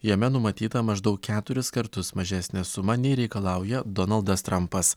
jame numatyta maždaug keturis kartus mažesnė suma nei reikalauja donaldas trampas